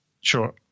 sure